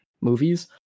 movies